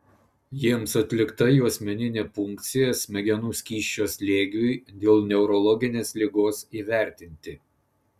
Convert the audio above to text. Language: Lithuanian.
jiems atlikta juosmeninė punkcija smegenų skysčio slėgiui dėl neurologinės ligos įvertinti